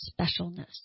specialness